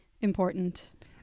important